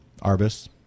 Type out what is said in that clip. Arbus